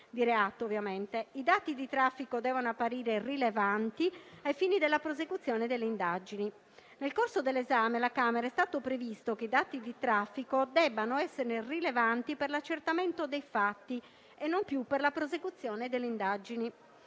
i dati di traffico devono apparire rilevanti ai fini della prosecuzione delle indagini. Nel corso dell'esame alla Camera è stato previsto che i dati di traffico debbano essere rilevanti per l'accertamento dei fatti e non più per la prosecuzione delle indagini.